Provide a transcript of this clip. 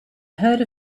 heard